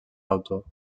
autor